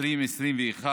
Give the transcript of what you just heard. ביוני 2021,